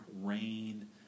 rain